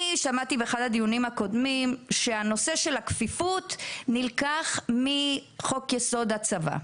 שמעתי באחד הדיונים הקודמים שנושא הכפיפות נלקח מחוק-יסוד: הצבא.